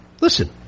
Listen